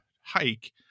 hike